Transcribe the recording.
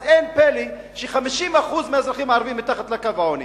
אז אין פלא ש-50% מהאזרחים הערבים מתחת לקו העוני.